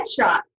headshot